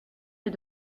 des